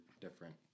different